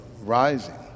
rising